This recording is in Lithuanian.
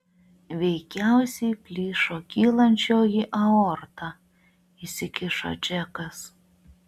veikiausiai plyšo kylančioji aorta įsikišo džekas